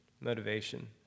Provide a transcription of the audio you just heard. Motivation